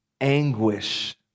anguish